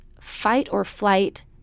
fight-or-flight